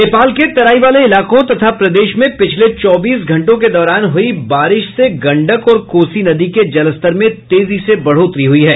नेपाल के तराई वाले इलाकों तथा प्रदेश में पिछले चौबीस घंटों के दौरान हुई बारिश से गंडक और कोसी नदी के जलस्तर में तेजी से बढ़ोतरी हुई है